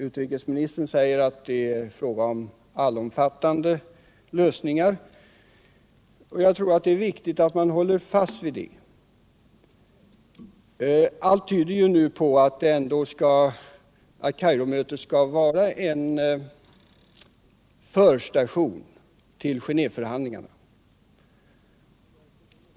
Utrikesministern säger att det är fråga om allomfattande lösningar, och jag tror det är viktigt att man håller fast vid det. Allt tyder ju nu på att Kairomötet skall vara en förstation till Genå&veförhandlingarna.